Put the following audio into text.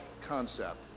concept